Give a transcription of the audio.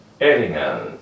elegant